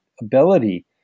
ability